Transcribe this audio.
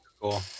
Cool